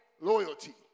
loyalty